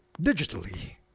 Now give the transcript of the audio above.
digitally